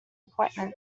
appointment